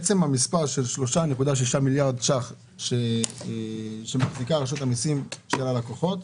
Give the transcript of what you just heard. עצם המספר של 3.6 מיליארד שקלים שמחזיקה רשות המיסים של הלקוחות,